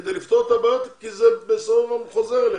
כדי לפתור את הבעיות כי בסוף זה חוזר אליך.